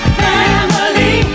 family